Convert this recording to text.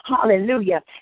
Hallelujah